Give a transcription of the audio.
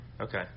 Okay